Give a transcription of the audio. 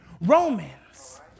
Romans